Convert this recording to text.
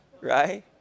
right